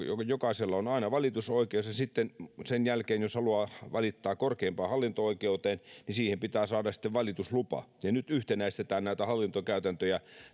jokaisella on aina valitusoikeus ja jos sen jälkeen haluaa valittaa korkeimpaan hallinto oikeuteen siihen pitää saada sitten valituslupa ja nyt yhtenäistetään näitä hallintokäytäntöjä